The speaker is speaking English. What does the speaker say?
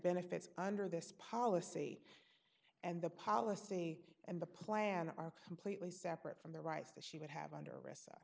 benefits under this policy and the policy and the plan are completely separate from the rights that she would have under arrest